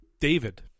David